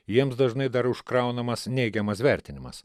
jiems dažnai dar užkraunamas neigiamas vertinimas